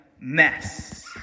mess